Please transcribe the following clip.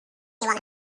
anyone